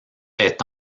est